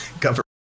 government